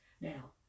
Now